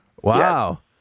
wow